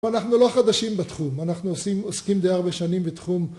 אנחנו לא חדשים בתחום, אנחנו עוסקים די הרבה שנים בתחום...